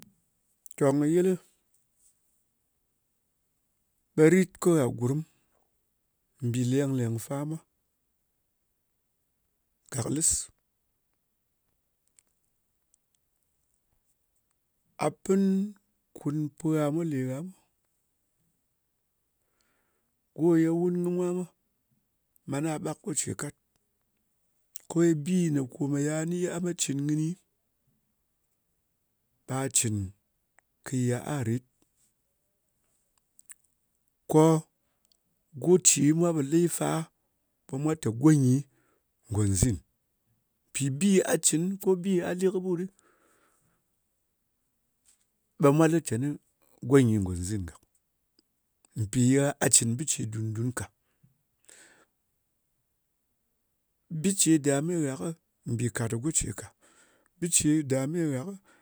Tong khi-yil, ɓa rit ko gurum mbi leng leng fa mwa gak lis. A pin kun puha mwa le gha. Goye wun kimwa mwa mana ɓak gwoce kat. Ko ye bine koma ni ye a ma cin kɨni, pa a cin kɨ ye-ar rit. Ko goce mi pa lifa mupa goyi, go zin, pi bi a cin ko bi a li kɨ ɓut ɓa mwa lik tani goyi go zingak. Piye a cin bije bi dung-dung ka. Bije dame ghā kɨ bi kat goce ka bije dame gha